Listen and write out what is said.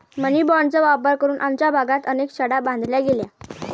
मनी बाँडचा वापर करून आमच्या भागात अनेक शाळा बांधल्या गेल्या